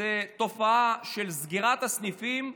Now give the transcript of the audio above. הוא תופעה של סגירת הסניפים,